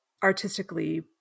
artistically